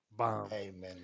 Amen